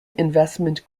investment